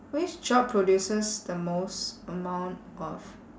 which job produces the most amount of